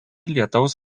lietaus